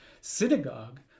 synagogue